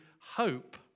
hope